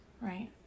Right